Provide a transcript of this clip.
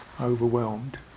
overwhelmed